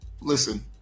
listen